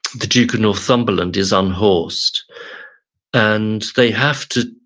the duke of northumberland is unhorsed and they have to,